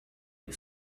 you